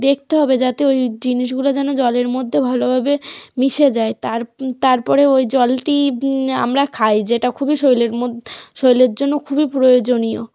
দেখতে হবে যাতে ওই জিনিসগুলো যেন জলের মধ্যে ভালোভাবে মিশে যায় তার তারপরে ওই জলটি আমরা খাই যেটা খুবই শরীরের মধ্যে শরীরের জন্য খুবই প্রয়োজনীয়